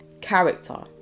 Character